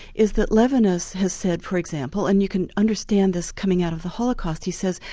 is that levinas has said for example and you can understand this coming out of the holocaust, he says,